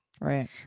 Right